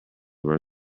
versa